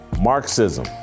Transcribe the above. Marxism